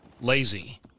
Lazy